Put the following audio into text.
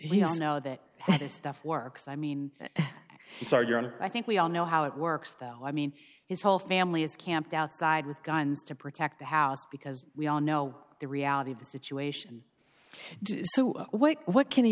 does know that this stuff works i mean i think we all know how it works though i mean his whole family is camped outside with guns to protect the house because we all know the reality of the situation so what can